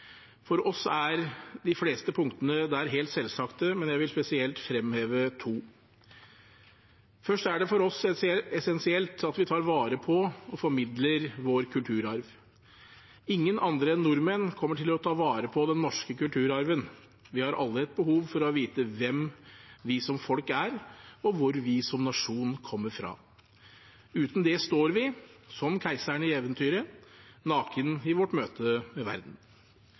For oss er de fleste punktene der helt selvsagte, men jeg vil spesielt fremheve to: Først er det for oss essensielt at vi tar vare på og formidler vår kulturarv. Ingen andre enn nordmenn kommer til å ta vare på den norske kulturarven. Vi har alle et behov for å vite hvem vi som folk er, og hvor vi som nasjon kommer fra. Uten det står vi – som keiseren i eventyret – naken i vårt møte med verden.